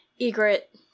Egret